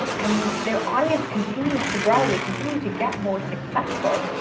and they're audience continues to grow, ah they continue to get more successful,